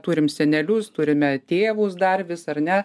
turim senelius turime tėvus dar vis ar ne